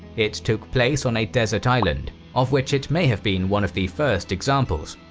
it took place on a desert island, of which it may have been one of the first examples.